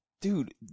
Dude